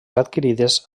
adquirides